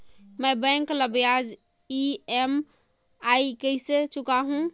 मैं बैंक ला ब्याज ई.एम.आई कइसे चुकाहू?